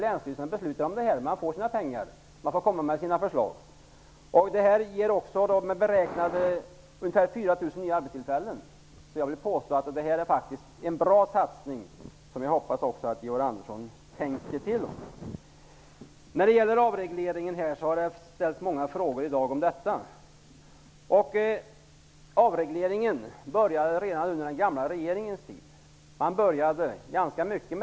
Länsstyrelserna fattar besluten på grundval av de förslag som finns. Det beräknas att ungefär 4 000 nya arbetstillfällen skapas. Jag vill påstå att detta är en bra satsning, och jag hoppas att Georg Andersson kommer att tänka till. Det har ställts många frågor om avregleringen. Avregleringen började redan under den förra regeringen. Det var fråga om ganska mycket.